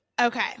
Okay